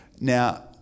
Now